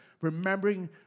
remembering